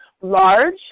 large